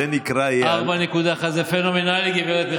זה פנומנלי, גברת מיכאלי.